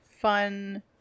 fun